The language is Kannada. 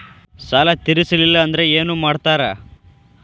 ಸಾಲ ತೇರಿಸಲಿಲ್ಲ ಅಂದ್ರೆ ಏನು ಮಾಡ್ತಾರಾ?